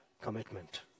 commitment